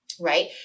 Right